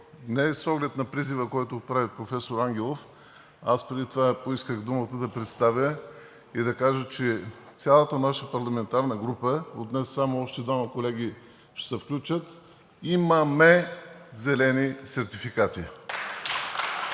е с оглед на призива, който отправи професор Ангелов. Аз преди това поисках думата да представя и да кажа, че цялата наша парламентарна група – от днес само още двама колеги ще се включат, имаме зелени сертификати.